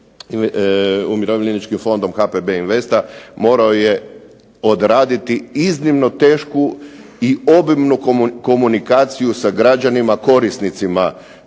umirovljeničkim fondom, HPB Investa, morao je odraditi iznimno tešku i obimnu komunikaciju sa građanima korisnicima